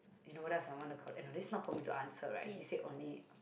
you know what else I want to c~ oh no this is not for me to answer right he said only